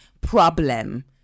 problem